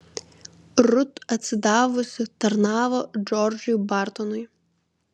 rut atsidavusi tarnavo džordžui bartonui